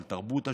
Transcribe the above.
של תרבות עשירה,